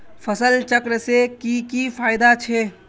फसल चक्र से की की फायदा छे?